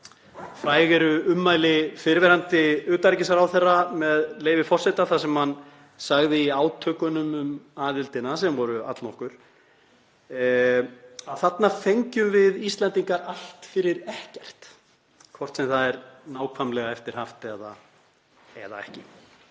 Fræg eru ummæli fyrrverandi utanríkisráðherra, með leyfi forseta, þar sem hann sagði í átökunum um aðildina sem voru allnokkur, að þarna fengjum við Íslendingar allt fyrir ekkert, hvort sem það er nákvæmlega eftir haft eða ekki.